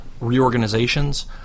reorganizations